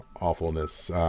awfulness